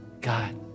God